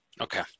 Okay